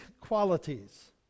qualities